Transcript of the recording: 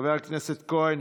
חבר הכנסת כהן,